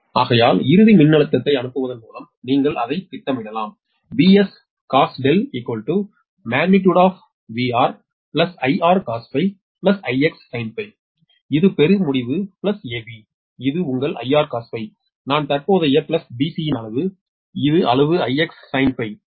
ஆகையால் இறுதி மின்னழுத்தத்தை அனுப்புவதன் மூலம் நீங்கள் அதை திட்டமிடலாம் இது பெறும் முடிவு AB இது உங்கள் 𝑰𝑹cos ∅ நான் தற்போதைய பிளஸ் BC இன் அளவு இது அளவு 𝑰𝑿 sin ∅